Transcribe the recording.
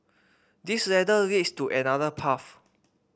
this ladder leads to another path